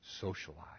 socialize